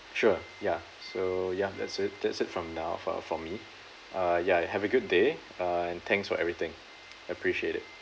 sure ya so ya that's it that's it from now for for me uh ya have a good day uh and thanks for everything appreciate it